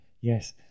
Yes